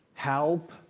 help.